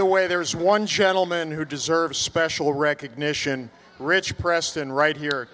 the way there's one gentleman who deserves special recognition richard preston right here